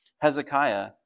Hezekiah